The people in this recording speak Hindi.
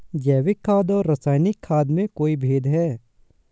जैविक खाद और रासायनिक खाद में कोई भेद है?